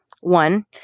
one